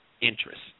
interest